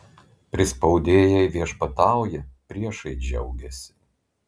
prispaudėjai viešpatauja priešai džiaugiasi